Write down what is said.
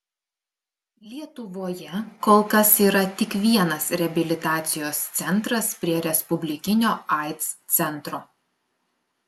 lietuvoje kol kas yra tik vienas reabilitacijos centras prie respublikinio aids centro